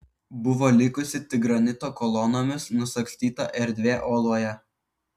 buvo likusi tik granito kolonomis nusagstyta erdvė uoloje